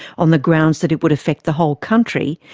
on the grounds that it would affect the whole country,